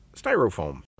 styrofoam